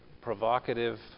provocative